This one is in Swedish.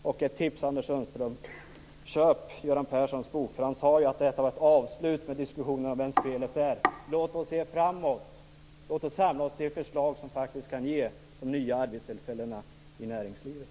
Jag har ett tips till Anders Sundström: Köp Göran Perssons bok! Han sade ju att detta var ett avslutande av diskussionerna om vems felet är. Låt oss se framåt. Låt oss samla oss till förslag som faktiskt kan ge de nya arbetstillfällena i näringslivet.